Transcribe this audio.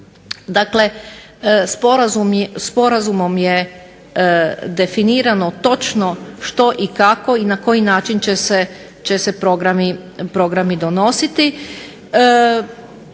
Dakle, sporazumom je definirano točno što i kako i na koji način će se programi donositi.